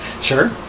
Sure